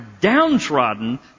downtrodden